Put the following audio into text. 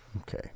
okay